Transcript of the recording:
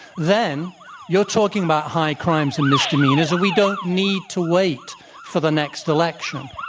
then you're talking about high crimes and misdemeanors and we don't need to wait for the next election.